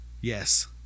Yes